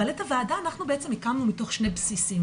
אבל את הוועדה אנחנו הקמנו בעצם מתוך שני בסיסים.